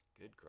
Good